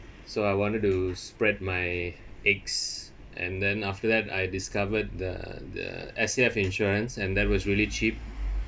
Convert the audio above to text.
so I wanted to spread my eggs and then after that I discovered the the S_A_F insurance and that was really cheap